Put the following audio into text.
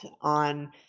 on